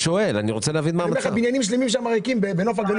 ותראה בניינים שלמים שהם ריקים.